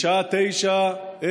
בשעה 21:00,